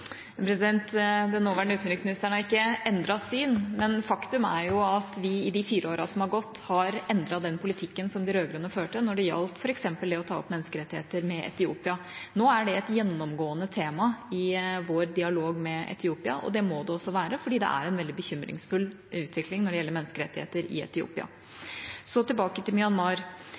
Den nåværende utenriksministeren har ikke endret syn. Faktum er at vi i de fire årene som har gått, har endret den politikken som de rød-grønne førte når det gjaldt f.eks. det å ta opp menneskerettigheter med Etiopia. Nå er det et gjennomgående tema i vår dialog med Etiopia, og det må det være, for det er en veldig bekymringsfull utvikling når det gjelder menneskerettigheter i Etiopia. Så tilbake til Myanmar: